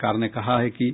सरकार ने कहा है कि